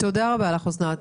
תודה רבה לך, אסנת.